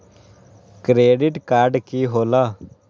Credit card की होला?